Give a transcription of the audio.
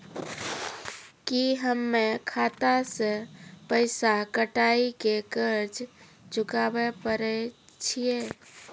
की हम्मय खाता से पैसा कटाई के कर्ज चुकाबै पारे छियै?